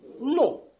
no